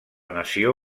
nació